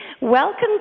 Welcome